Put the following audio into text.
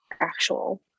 actual